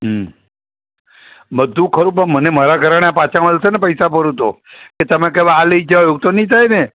હં બધું ખરું પણ મને મારા ઘરેણાં પાછા મળશેને પૈસા ભરું તો કે તમે કહો આ લઈ જાઓ એવું તો નહીં થાય ને